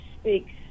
speaks